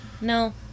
No